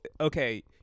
okay